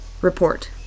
Report